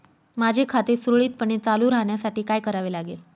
माझे खाते सुरळीतपणे चालू राहण्यासाठी काय करावे लागेल?